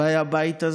באי הבית הזה